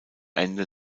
ende